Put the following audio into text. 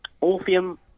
Orpheum